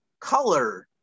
Color